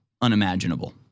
unimaginable